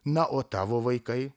na o tavo vaikai